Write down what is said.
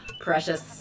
Precious